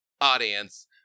audience